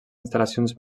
instal·lacions